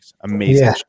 Amazing